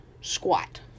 squat